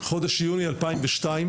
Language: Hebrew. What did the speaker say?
חודש יוני 2002,